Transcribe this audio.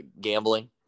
gambling